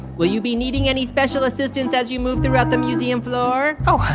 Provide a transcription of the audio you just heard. will you be needing any special assistance as you move throughout the museum floor? oh.